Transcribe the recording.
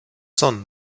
son